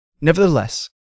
Nevertheless